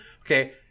Okay